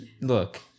Look